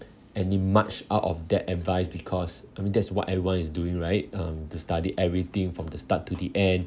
any much out of that advice because I mean that's what everyone is doing right um to study everything from the start to the end